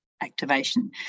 activation